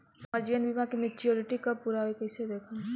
हमार जीवन बीमा के मेचीयोरिटी कब पूरा होई कईसे देखम्?